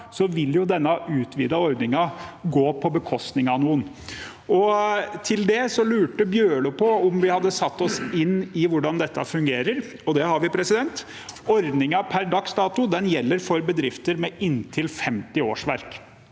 så vil denne utvidede ordningen gå på bekostning av noen. Representanten Bjørlo lurte på om vi hadde satt oss inn i hvordan dette fungerer. Det har vi. Ordningen per dags dato gjelder for bedrifter med inntil 50 årsverk.